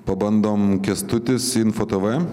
pabandom kęstutis info tv